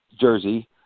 Jersey